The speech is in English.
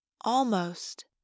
almost